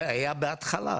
זה היה בהתחלה,